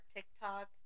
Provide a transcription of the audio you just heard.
TikTok